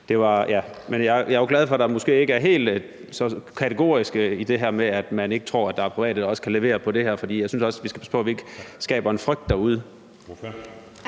jeg er glad for, at man måske ikke er helt så kategorisk omkring det her med, at man ikke tror, at private også kan levere på det her område. For jeg synes også, at vi skal passe på, at vi ikke skaber en frygt derude.